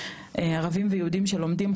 ערבים ויהודים שלומדים,